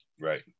Right